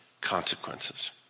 consequences